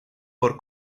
por